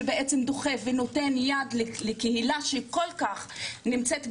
שבעצם דוחף ונותן יד לקהילה שכל כך נמצאת בשוליים.